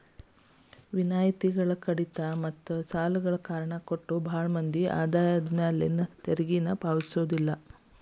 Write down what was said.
ವಿನಾಯಿತಿಗಳ ಕಡಿತಗಳ ಮತ್ತ ಸಾಲಗಳ ಕಾರಣ ಕೊಟ್ಟ ಭಾಳ್ ಮಂದಿ ಆದಾಯದ ಮ್ಯಾಲಿನ ತೆರಿಗೆನ ಪಾವತಿಸೋದಿಲ್ಲ